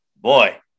Boy